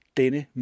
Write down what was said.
denne